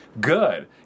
good